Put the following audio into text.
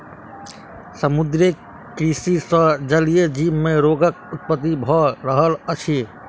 समुद्रीय कृषि सॅ जलीय जीव मे रोगक उत्पत्ति भ रहल अछि